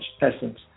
essence